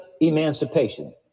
emancipation